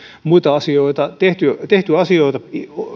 muita asioita tehty tehty asioita